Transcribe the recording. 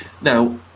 Now